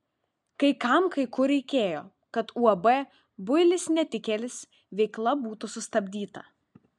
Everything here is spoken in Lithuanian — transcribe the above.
kai kam kai kur reikėjo kad uab builis netikėlis veikla būtų sustabdyta